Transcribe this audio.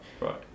Right